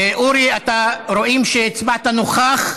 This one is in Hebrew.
אורי, רואים שהצבעת נוכח.